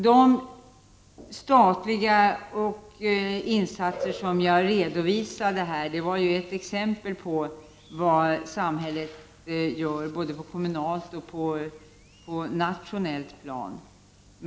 De statliga insatser som jag redovisade var exempel på vad samhället gör på både det kommunala och det nationella planet.